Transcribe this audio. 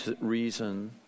reason